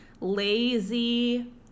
lazy